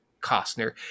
Costner